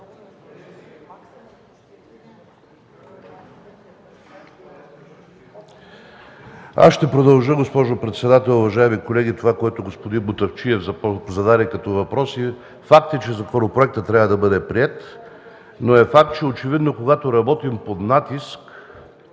Ще продължа, госпожо председател, уважаеми колеги, това, което господин Мутафчиев зададе като въпроси. Факт е, че законопроектът трябва да бъде приет, но очевидно е факт, че когато работим под натиск